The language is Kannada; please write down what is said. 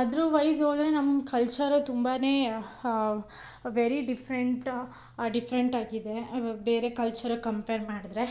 ಅದ್ರುವೈಸ್ ಹೋದ್ರೆ ನಮ್ಮ ಕಲ್ಚರೇ ತುಂಬಾ ವೆರಿ ಡಿಫ್ರೆಂಟ್ ಡಿಫ್ರೆಂಟಾಗಿದೆ ಇವಾಗ ಬೇರೆ ಕಲ್ಚರ್ಗೆ ಕಂಪೇರ್ ಮಾಡಿದ್ರೆ